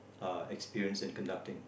uh experience in conducting